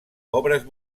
obres